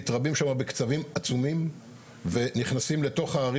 מתרבים שם בקצב עצום ונכנסים לתוך הערים